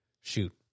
Shoot